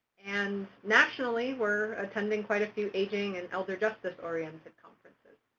and nationally, we're attending quite a few aging and elder justice oriented conferences.